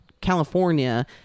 California